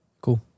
cool